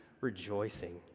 rejoicing